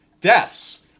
Deaths